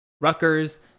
Rutgers